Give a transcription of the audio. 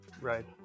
Right